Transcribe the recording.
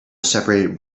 separated